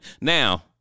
Now